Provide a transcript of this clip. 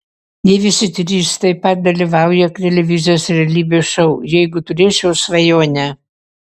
jie visi trys taip pat dalyvauja televizijos realybės šou jeigu turėčiau svajonę